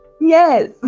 Yes